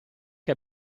che